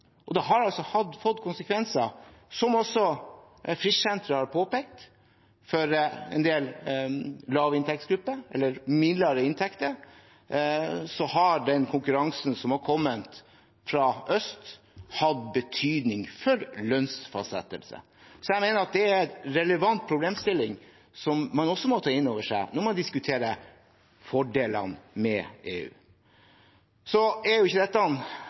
Og det har fått konsekvenser, som også Frischsenteret har påpekt: For en del lavinntektsgrupper, eller de med midlere inntekter, har den konkurransen som har kommet fra øst, hatt betydning for lønnsfastsettelse. Så jeg mener det er en relevant problemstilling som man også må ta inn over seg når man diskuterer fordelene med EU. Dette er jo ikke